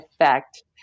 effect